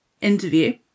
interview